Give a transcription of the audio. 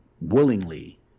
willingly